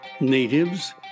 natives